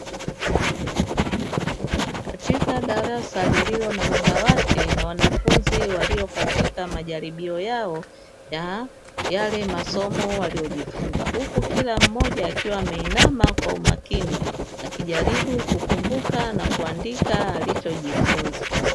Katika darasa lililo na madawati na wanafunzi walio katika majaribio yao ya yale masomo waliyojifunza, huku kila mmoja akiwa ameinama kwa umakini, akijaribu kukumbuka na kuandika alichojifunza.